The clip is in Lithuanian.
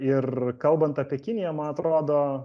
ir kalbant apie kiniją ma atrodo